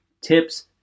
tips